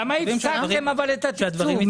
למה הפסקתם את התקצוב?